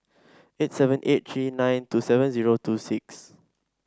eight seven eight three nine two seven zero two six